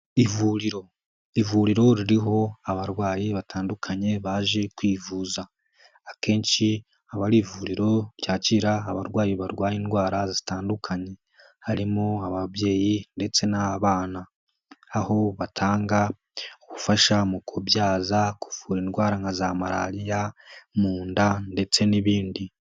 Ivuriro. Ivuriro ririho abarwayi batandukanye baje kwivuza. Akenshi abari ivuriro ryakira abarwayi barwaye indwara zitandukanye. Harimo ababyeyi ndetse n'abana aho batanga ubufasha mu kubyaza. Kuvura indwara nka za malariya, mu inda ndetse n'ibindi.